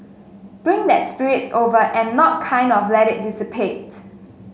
bring that spirit over and not kind of let it dissipate